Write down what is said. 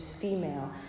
female